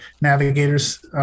navigators